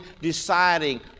deciding